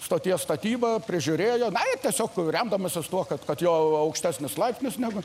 stoties statybą prižiūrėjo na ir tiesiog remdamasis tuo kad kad jo aukštesnius laipsnius negu